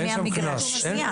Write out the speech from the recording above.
מהמגרש.